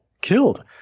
killed